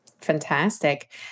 Fantastic